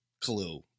clue